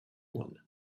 one